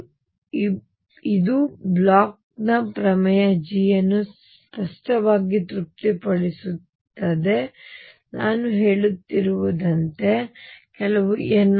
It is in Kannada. ಮತ್ತು ಇಬ್ಬರೂ ಬ್ಲೋಚ್ನ ಪ್ರಮೇಯ G ಯನ್ನು ಸ್ಪಷ್ಟವಾಗಿ ತೃಪ್ತಿಪಡಿಸುತ್ತಾರೆ ನಾನು ಹೇಳುತ್ತಿರುವಂತೆ ಕೆಲವು n2πa